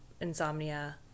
insomnia